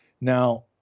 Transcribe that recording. Now